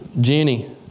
Jenny